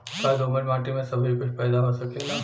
का दोमट माटी में सबही कुछ पैदा हो सकेला?